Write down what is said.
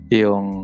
yung